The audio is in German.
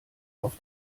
auf